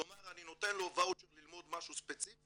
כלומר, אני נותן לו ואוצ'ר ללמוד משהו ספציפי,